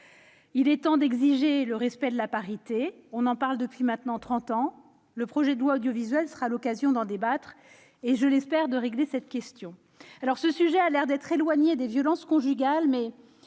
Il est temps d'exiger le respect de la parité. On en parle depuis maintenant trente ans ... Le projet de loi sur l'audiovisuel sera l'occasion d'en débattre et, je l'espère, de régler cette question. Si ce sujet semble éloigné des violences conjugales,